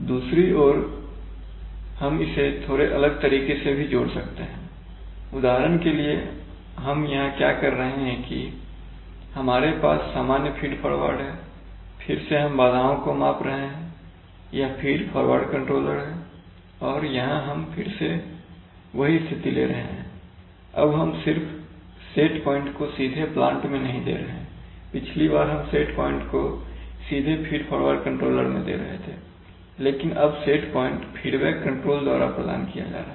दूसरी ओर हम इसे थोड़े अलग तरीके से भी जोड़ सकते हैं उदाहरण के लिए हम यहां क्या कर रहे हैं कि हमारे पास सामान्य फीड फ़ॉरवर्ड है फिर से हम बाधाओं को माप रहे हैं यह फीड फॉरवर्ड कंट्रोलर है और हम यहां फिर से वही स्थिति ले रहे हैं अब हम सिर्फ सेट प्वाइंट को सीधे प्लांट में नहीं दे रहे हैं पिछली बार हम सेट प्वाइंट को सीधे फीड फॉरवर्ड कंट्रोलर में दे रहे थे लेकिन अब सेट प्वाइंट फीडबैक कंट्रोल द्वारा प्रदान किया जा रहा है